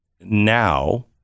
now